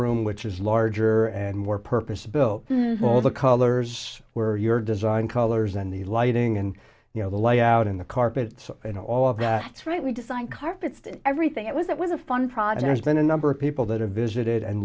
room which is larger and more purpose built all the colors where your design colors and the lighting and you know the layout in the carpets and all of that right we design carpets everything it was it was a fun project there's been a number of people that have visited and